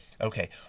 Okay